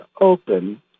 open